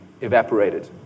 evaporated